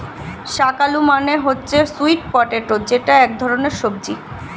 শাক আলু মানে হচ্ছে স্যুইট পটেটো যেটা এক ধরনের সবজি